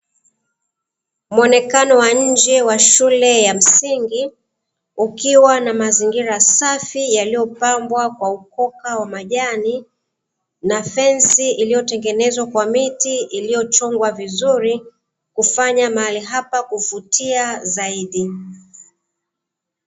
Muonekano wa nnje wa shule ya msingi, ukiwa na mazingira safi yaliyopambwa kwa ukoka wa majani na fensi iliyotengenezwa kwa miti iliyo chongwa vizuri kufanya mahali hapa kuvutia zaidi.